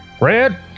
Red